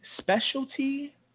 specialty